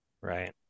Right